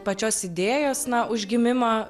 pačios idėjos na užgimimą